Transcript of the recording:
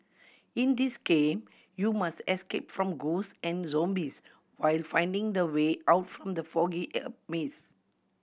in this game you must escape from ghost and zombies while finding the way out from the foggy maze